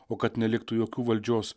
o kad neliktų jokių valdžios